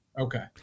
Okay